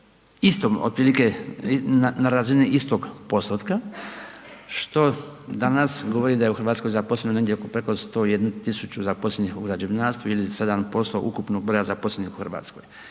istom otprilike, na razini istog postotka, što danas govori da je u RH zaposleno negdje oko preko 101 000 zaposlenih u građevinarstvu ili 7% ukupnog broja zaposlenih u RH.